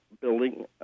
building